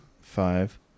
Five